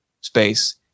space